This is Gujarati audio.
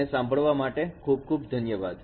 મને સાંભળવા માટે ખૂબ ખૂબ ધન્યવાદ